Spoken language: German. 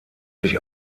sich